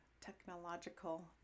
technological